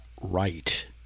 right